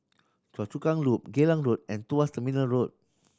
Choa Chu Kang Loop Geylang Road and Tuas Terminal Road